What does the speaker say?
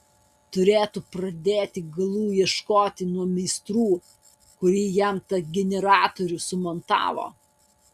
turėtų pradėti galų ieškoti nuo meistrų kurie jam tą generatorių sumontavo